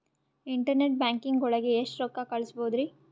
Internet banking ಒಳಗೆ ಎಷ್ಟ್ ರೊಕ್ಕ ಕಲ್ಸ್ಬೋದ್ ರಿ?